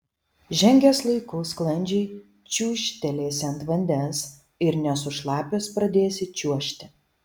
žengęs laiku sklandžiai čiūžtelėsi ant vandens ir nesušlapęs pradėsi čiuožti